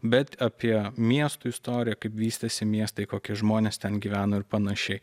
bet apie miestų istoriją kaip vystėsi miestai kokie žmonės ten gyveno ir panašiai